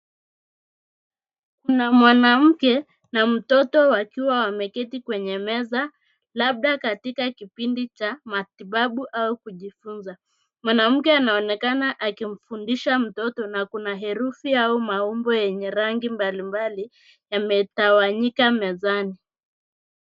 mwanamke na mtoto wakiwa wameketi kwenye meza labda katika kipindi cha matibabu au kujifunza, mwanamke anaonekana akimfundisha mtoto na kuna herufi au maumbo yenye rangi mbalimbali yametawanyika mezani.